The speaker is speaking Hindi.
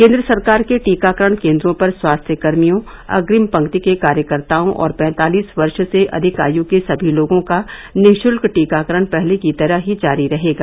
केंद्र सरकार के टीकाकरण केंद्रों पर स्वास्थ्य कर्मियों अग्रिम पंक्ति के कार्यकर्ताओं और पैंतालीस वर्ष से अधिक आयु के सभी लोगों का निःशुल्क टीकाकरण पहले की तरह ही जारी रहेगा